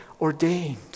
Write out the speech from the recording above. ordained